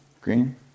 Green